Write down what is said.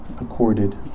accorded